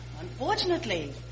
Unfortunately